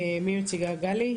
בבקשה גלי.